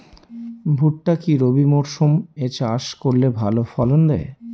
ভুট্টা কি রবি মরসুম এ চাষ করলে ভালো ফলন দেয়?